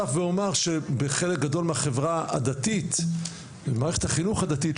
שבחלק גדול מהחברה הדתית וממערכת החינוך הדתית,